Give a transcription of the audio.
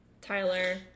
Tyler